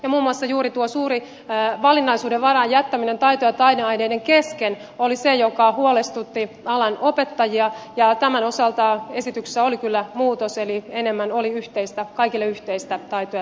muun muassa juuri tuo suuri valinnaisuuden varaan jättäminen taito ja taideaineiden kesken oli se joka huolestutti alan opettajia ja tämän osalta esityksessä oli kyllä muutos eli enemmän oli kaikille yhteistä taito ja taideaineosuutta